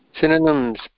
Synonyms